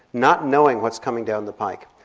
not knowing what's coming down the pike,